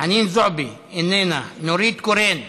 חנין זועבי, איננה, נורית קורן,